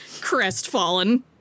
crestfallen